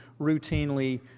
routinely